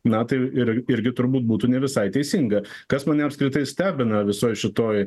na tai ir irgi turbūt būtų ne visai teisinga kas mane apskritai stebina visoje šitoj